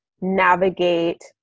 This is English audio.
navigate